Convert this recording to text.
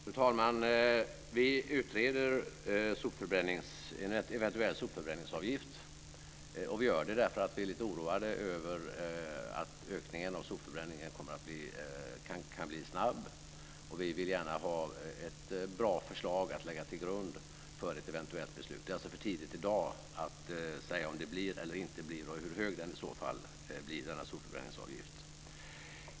Fru talman! Vi utreder frågan om en eventuell sopförbränningsavgift, och vi gör det därför att vi är lite oroade över att ökningen av sopförbränningen kan bli snabb. Vi vill gärna ha ett bra förslag att lägga till grund för ett eventuellt beslut. Det är alltså för tidigt att i dag säga om det blir eller inte blir en sopförbränningsavgift och hur hög den i så fall blir.